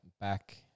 back